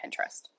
Pinterest